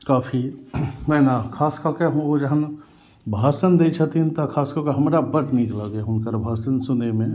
काफी नहि ने खास कऽ के ओ जहन भाषण दै छथिन तऽ खास कऽ के हमरा बड्ड नीक लागैया हुनकर भाषण सुनैमे